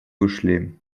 ушли